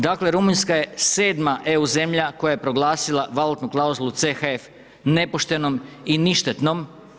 Dakle, Rumunjska je sedma EU zemlja koja je proglasila valutnu klauzulu CHF nepoštenom i ništetnom.